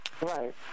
Right